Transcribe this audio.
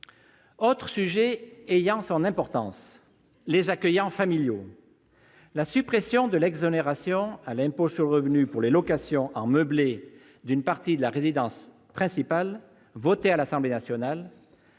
autre sujet est important, celui des accueillants familiaux. La suppression de l'exonération de l'impôt sur le revenu pour les locations en meublé d'une partie de la résidence principale votée à l'Assemblée nationale